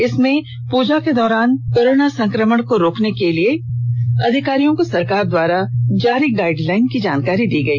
इसमें पूजा के दौरान कोरोना संक्रमण को रोकने के लिए अधिकारियों को सरकार द्वारा जारी गाइड लाइन की जानकारी दी गई